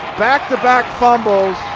back to back fumbles,